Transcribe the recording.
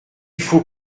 faut